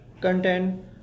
content